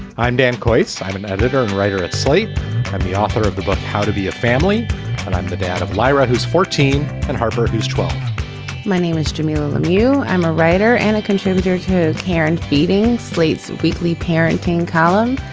i'm dan coates. i'm an editor and writer at slate and the author of the book how to be a family. and i'm the dad of lyra who's fourteen and harper who's twelve my name is jimmy lemieux. i'm a writer and a contributor to care and feeding slate's weekly parenting column.